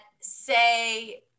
say